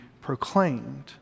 proclaimed